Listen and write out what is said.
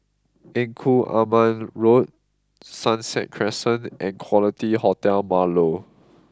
Engku Aman Road Sunset Crescent and Quality Hotel Marlow